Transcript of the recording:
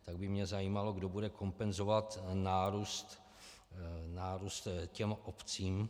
Tak by mě zajímalo, kdo bude kompenzovat nárůst těm obcím.